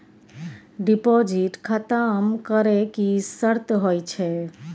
Deposit खतम करे के की सर्त होय छै?